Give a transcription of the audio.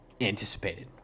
anticipated